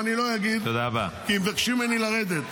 ואני לא אגיד כי מבקשים ממני לרדת.